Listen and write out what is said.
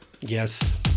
Yes